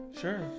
Sure